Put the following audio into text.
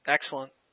Excellent